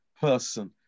person